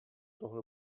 tohle